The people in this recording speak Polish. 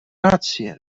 rację